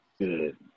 Good